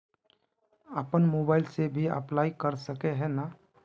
अपन मोबाईल से भी अप्लाई कर सके है नय?